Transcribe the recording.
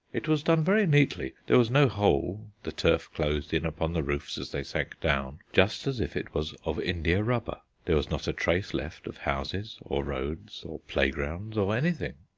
it was done very neatly there was no hole, the turf closed in upon the roofs as they sank down, just as if it was of india-rubber. there was not a trace left of houses or roads or playgrounds or anything.